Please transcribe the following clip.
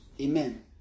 Amen